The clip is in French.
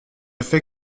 fait